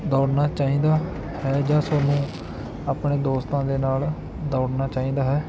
ਦੋੜਨਾ ਚਾਹੀਦਾ ਹੈ ਜਾਂ ਤੁਹਾਨੂੰ ਆਪਣੇ ਦੋਸਤਾਂ ਦੇ ਨਾਲ ਦੌੜਨਾ ਚਾਹੀਦਾ ਹੈ